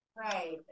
Right